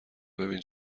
ببین